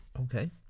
Okay